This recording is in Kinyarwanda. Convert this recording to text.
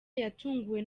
yatunguwe